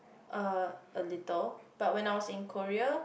uh a little but when I was in Korea